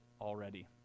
already